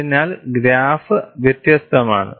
അതിനാൽ ഗ്രാഫ് വ്യത്യസ്തമാണ്